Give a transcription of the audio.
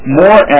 more